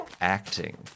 acting